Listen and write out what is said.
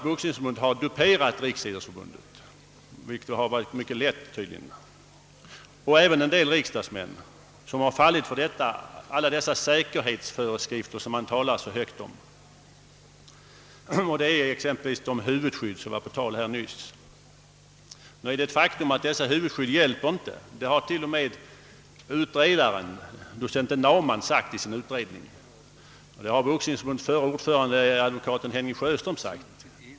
Boxningsförbundet har duperat inte bara Riksidrottsförbundet — vilket tydligen varit mycket lätt — utan även en del riksdagsmän, med talet om säkerhetsföreskrifter, exempelvis angående det huvudskydd som nämndes nyss. Nu är det ett faktum att huvudskyddet inte hjälper — det har t.o.m. utredaren, docent Naumann, och förre ordföranden i Boxningsförbundet, advokat Henning Sjöström, sagt.